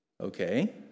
Okay